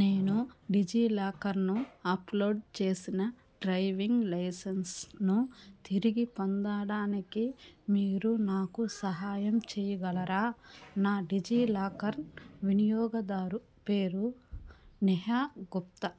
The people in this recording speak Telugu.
నేను డిజిలాకర్ను అప్లోడ్ చేసిన డ్రైవింగ్ లైసెన్స్ను తిరిగి పొందాడానికి మీరు నాకు సహాయం చెయ్యగలరా నా డిజిలాకర్ వినియోగదారు పేరు నెహా గుప్తా